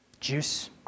Juice